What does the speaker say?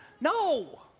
No